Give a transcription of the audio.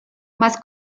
más